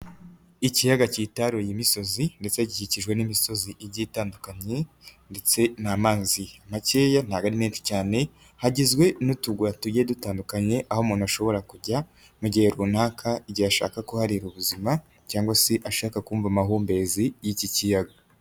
Ikiyaga kitaruye imisozi ndetse gikikijwe n'imisozi igiye itandukanye ndetse n'amazi makeya nta menshi cyane, hagizwe n'utugwa tuye dutandukanye aho umuntu ashobora kujya mu gihe runaka, igihe ashaka kuharira ubuzima cyangwa se ashaka kumva amahumbezi y'iki kiyaga.